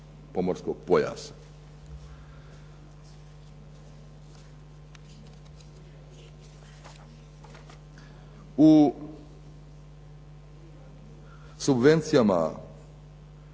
pomorskog pojasa. U subvencijama